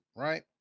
Right